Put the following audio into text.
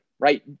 right